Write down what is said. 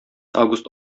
август